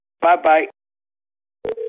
Bye-bye